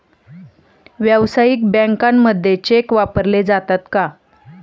व्यावसायिक बँकांमध्ये चेक वापरले जातात का?